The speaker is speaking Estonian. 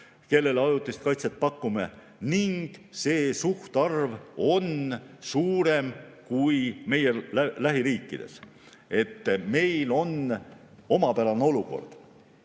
neile ajutist kaitset, ning see suhtarv on suurem kui meie lähiriikides. Meil on omapärane olukord.